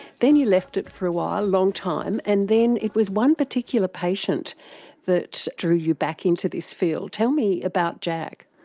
then you left it for a while, a long time, and then it was one particular patient that drew you back into this field. tell me about jack.